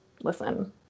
listen